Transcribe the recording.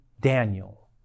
Daniel